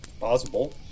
Possible